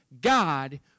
God